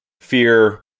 fear